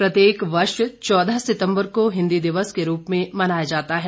प्रत्येक वर्ष चौदह सितम्बर को हिंदी दिवस के रूप में मनाया जाता है